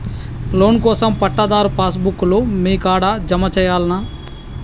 Loan కోసం పట్టాదారు pass book లు మీ కాడా జమ చేయల్నా?